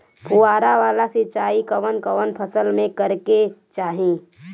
फुहारा वाला सिंचाई कवन कवन फसल में करके चाही?